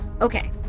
Okay